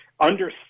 understand